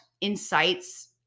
incites